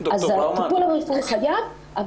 אז הטיפול הרפואי חייב.